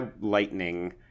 lightning